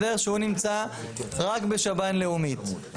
שהוא נמצא רק בשב"ן לאומית,